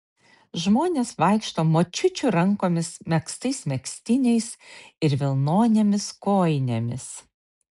žmonės vaikšto močiučių rankomis megztais megztiniais ir vilnonėmis kojinėmis